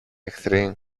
εχθροί